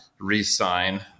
re-sign